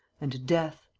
and death.